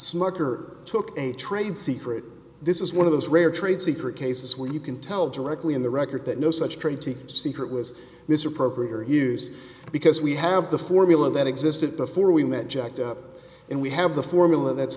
ker took a trade secret this is one of those rare trade secret cases where you can tell directly in the record that no such trade secret was misappropriate or hughes because we have the formula that existed before we met jacked up and we have the formula that's